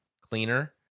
cleaner